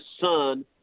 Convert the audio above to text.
son